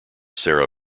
sara